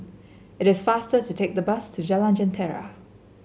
it is faster to take the bus to Jalan Jentera